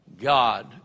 God